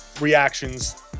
reactions